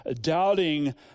doubting